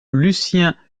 lucien